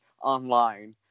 online